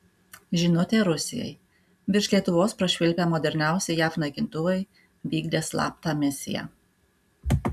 žinutė rusijai virš lietuvos prašvilpę moderniausi jav naikintuvai vykdė slaptą misiją